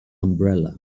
umbrella